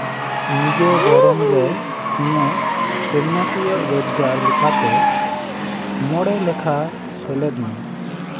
ᱱᱤᱡᱚ ᱵᱚᱨᱚᱱ ᱨᱮ ᱤᱧᱟᱹᱜ ᱥᱮᱨᱢᱟ ᱠᱤᱭᱟᱹ ᱨᱳᱡᱽᱜᱟᱨ ᱞᱮᱠᱟᱛᱮ ᱢᱚᱬᱮ ᱞᱮᱠᱷᱟ ᱥᱮᱞᱮᱫ ᱢᱮ